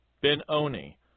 Benoni